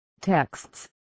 texts